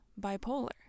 bipolar